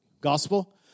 gospel